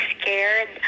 scared